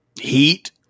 Heat